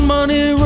Money